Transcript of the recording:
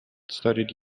started